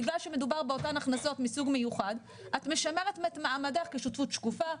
בגלל שמדובר באותן הכנסות מסוג מיוחד את משמרת את מעמדך כשותפות שקופה,